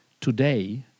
today